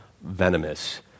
venomous